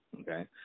Okay